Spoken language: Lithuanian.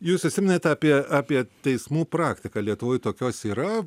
jūs užsiminėte apie apie teismų praktiką lietuvoj tokios yra